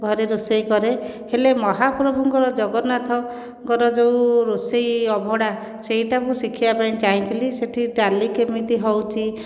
ଘରେ ରୋଷେଇ କରେ ହେଲେ ମହାପ୍ରଭୁଙ୍କର ଜଗନ୍ନାଥଙ୍କର ଯେଉଁ ରୋଷେଇ ଅବଢ଼ା ସେଇଟା ମୁଁ ଶିଖିବା ପାଇଁ ଚାହିଁଥିଲି ସେଇଠି ଡାଲି କେମିତି ହେଉଛି